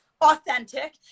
authentic